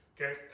Okay